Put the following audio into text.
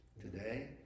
today